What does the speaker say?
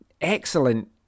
excellent